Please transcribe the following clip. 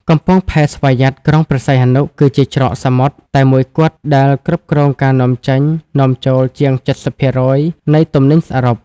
កំពង់ផែស្វយ័តក្រុងព្រះសីហនុ គឺជាច្រកសមុទ្រតែមួយគត់ដែលគ្រប់គ្រងការនាំចេញ-នាំចូលជាង ៧០% នៃទំនិញសរុប។